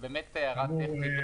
זאת הערה טכנית.